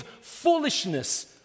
foolishness